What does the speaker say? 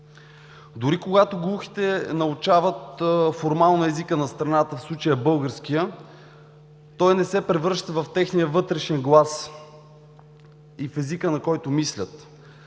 Дори когато глухите научават формално езика на страната, в случая българския, той не се превръща в техния вътрешен глас и в езика, на който мислят.